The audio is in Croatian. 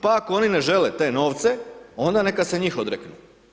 Pa ako oni ne žele te novce onda neka se njih odreknu.